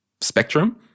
spectrum